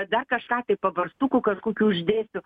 dar kažką tai pabarstukų kažkokių uždėsiu